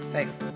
Thanks